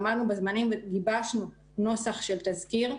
עמדנו בזמנים וגיבשנו נוסח של תזכיר.